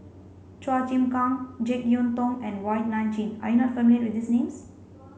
Chua Chim Kang Jek Yeun Thong and Wong Nai Chin are you not familiar with these names